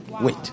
Wait